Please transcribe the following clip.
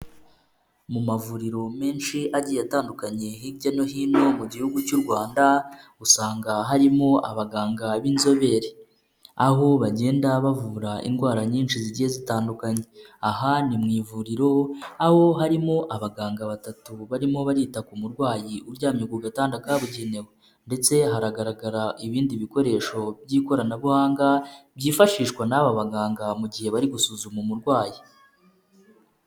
Mu mavuriro menshi agiye atandukanye hirya no hino mu gihugu cy'u Rwanda. usanga harimo abaganga b'inzobere. Aho bagenda bavura indwara nyinshi zigiye zitandukanye. Aha ni mu ivuriro, aho harimo abaganga batatu barimo barita ku murwayi uryamye ku gatanda kabugenewe ndetse hanagaragara ibindi bikoresho by'ikoranabuhanga, byifashishwa n'aba baganga mu gihe bari gusuzuma umurwayi.